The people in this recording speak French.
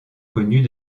connues